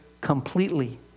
completely